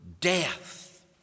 death